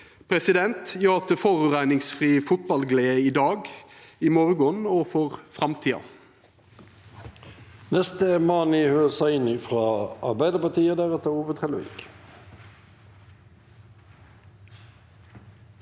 for i dag. Ja til forureiningsfri fotballglede i dag, i morgon og for framtida!